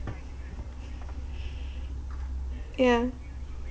yeah